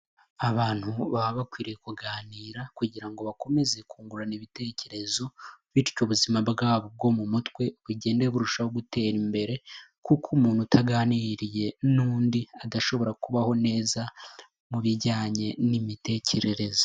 |Abantu baba bakwiriye kuganira kugira ngo bakomeze kungurana ibitekerezo, bityo ubuzima bwabo bwo mu mutwe bugenda burushaho gutera imbere kuko umuntu utaganiriye n'undi adashobora kubaho neza mu bijyanye n'imitekerereze.